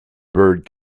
bird